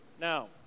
Now